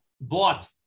bought